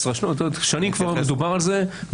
שנים כבר דובר על זה.